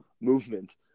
movement